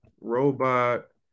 robot